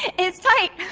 it's tight.